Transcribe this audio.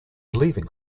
leaving